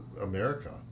America